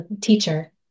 teacher